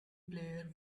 player